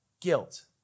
guilt